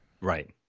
right